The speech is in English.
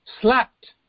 slapped